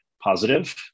positive